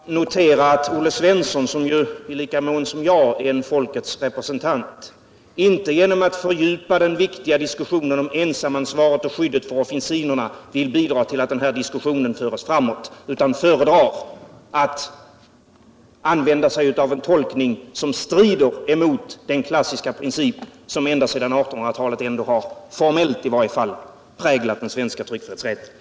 Herr talman! Då vill jag bara notera att Olle Svensson, som i lika mån som jag är en folkets representant, inte genom att fördjupa den viktiga diskussionen om ensamansvaret och skyddet för officinerna vill bidra till att den här diskussionen förs framåt. Han föredrar att använda sig av en tolkning som strider mot den klassiska princip som ända sedan 1800-talet, i varje fall formellt, har präglat den svenska tryckfrihetsrätten.